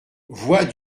voix